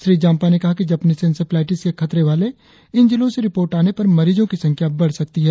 श्री जाम्पा ने कहा कि जपनिस एन्सेफ्लाईटीस के खतरे वाले इन जिलों से रिपोर्ट आने पर मरीजों की संख्या बढ़ सकती है